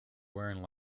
wearing